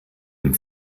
dem